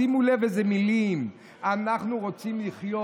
שימו לב אילו מילים: "אנחנו רוצים לחיות".